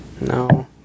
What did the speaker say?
No